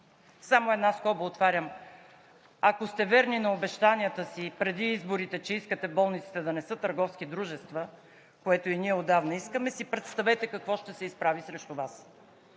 Само една скоба отварям. Ако сте верни на обещанията си преди изборите, че искате болниците да не са търговски дружества, което и ние отдавна искаме, си представете какво ще се изправи срещу Вас